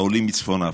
העולים מצפון אפריקה.